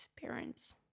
parents